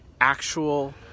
actual